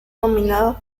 nominados